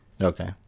Okay